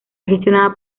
gestionada